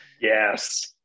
Yes